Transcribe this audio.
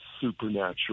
supernatural